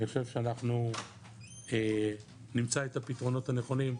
אני חושב שאנחנו נמצא את הפתרונות הנכונים.